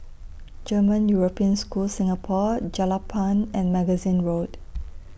German European School Singapore Jelapang and Magazine Road